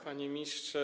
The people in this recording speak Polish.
Panie Ministrze!